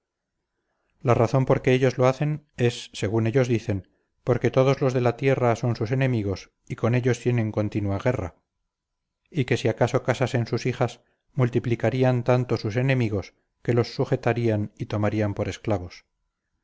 la razón por que ellos lo hacen es según ellos dicen porque todos los de la tierra son sus enemigos y con ellos tienen continua guerra y que si acaso casasen sus hijas multiplicarían tanto sus enemigos que los sujetarían y tomarían por esclavos